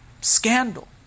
Scandal